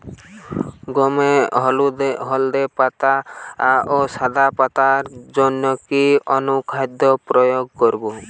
গমের হলদে ও সাদা পাতার জন্য কি অনুখাদ্য প্রয়োগ করব?